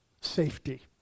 safety